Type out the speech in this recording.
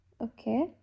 Okay